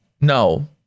No